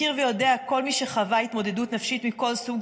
מכיר ויודע כל מי שחווה התמודדות נפשית מכל סוג